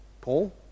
Paul